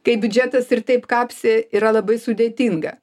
kai biudžetas ir taip kapsi yra labai sudėtinga